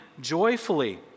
joyfully